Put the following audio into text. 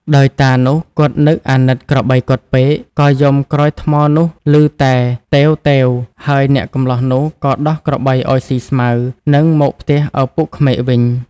ដោយតានោះគាត់នឹកអាណិតក្របីគាត់ពេក ក៏យំក្រោយថ្មនោះឮតែតេវៗ ហើយអ្នកកម្លោះនោះក៏ដោះក្របីឱ្យស៊ីស្មៅនិងមកផ្ទះឪពុកក្មេកវិញ។